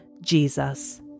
Jesus